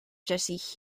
jesse